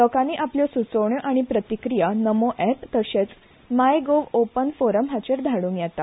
लोकांनी आपल्यो स्चोवण्यो आनी प्रतिक्रिया नमो अॅप तशेंच माय गोव ओपन फोरम हाचेर धाड्रूंक येता